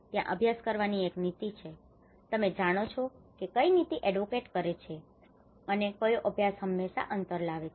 ત્યાં અભ્યાસ કરવાની એક નીતિ છે તમે જાણો છો કે કઈ નીતિ એડવોકેટ કરે છે અને કયો અભ્યાસ હંમેશા અંતર લાવે છે